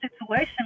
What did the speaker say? situation